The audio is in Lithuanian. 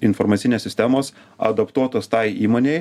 informacinės sistemos adaptuotos tai įmonei